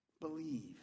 Believe